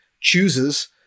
chooses